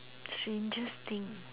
strangest thing